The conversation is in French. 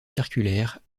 circulaire